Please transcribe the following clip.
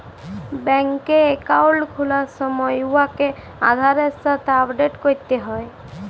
ব্যাংকে একাউল্ট খুলার সময় উয়াকে আধারের সাথে আপডেট ক্যরতে হ্যয়